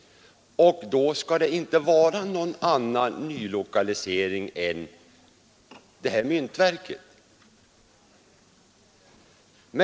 Och då skall det inte vara någon annan nylokalisering än just myntverket.